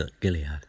Gilead